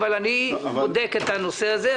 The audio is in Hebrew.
אבל אני בודק את הנושא הזה,